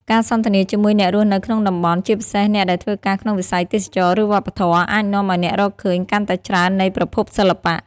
ការសន្ទនាជាមួយអ្នករស់នៅក្នុងតំបន់ ជាពិសេសអ្នកដែលធ្វើការក្នុងវិស័យទេសចរណ៍ ឬវប្បធម៌ អាចនាំឲ្យអ្នករកឃើញកាន់តែច្រើននៃប្រភពសិល្បៈ។